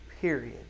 period